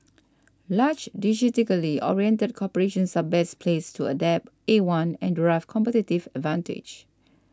large oriented corporations are best placed to adopt A one and derive competitive advantage